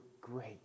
great